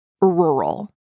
rural